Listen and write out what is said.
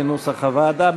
כנוסח הוועדה,